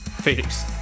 Felix